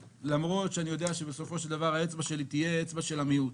למרות שאני יודע שבסופו של דבר האצבע שלי תהיה אצבע של המיעוט,